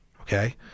Okay